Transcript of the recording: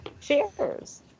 cheers